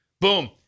Boom